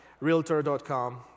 Realtor.com